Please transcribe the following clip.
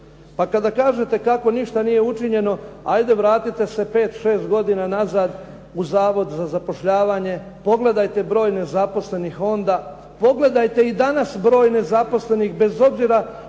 Pa kada kažete kako ništa nije učinjeno, hajde vratite se pet, šest godina unazad u Zavod za zapošljavanje. Pogledajte broj nezaposlenih onda, pogledajte i danas broj nezaposlenih bez obzira